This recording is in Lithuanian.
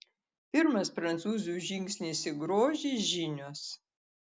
pirmas prancūzių žingsnis į grožį žinios